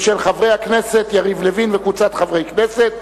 של חברי הכנסת יריב לוין וקבוצת חברי כנסת.